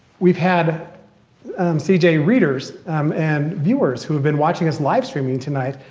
we've had c j. readers um and viewers who have been watching us live streaming tonight.